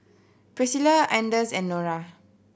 Priscila Anders and Norah